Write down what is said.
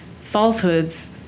falsehoods